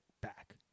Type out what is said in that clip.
back